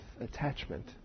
attachment